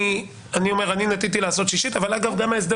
אני אומר שאני נטיתי לעשות שישית אבל גם ההסדר